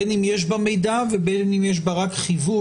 בין אם יש במידע ובין אם יש בה רק חיווי,